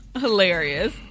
Hilarious